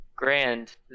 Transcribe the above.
Grand